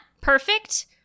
perfect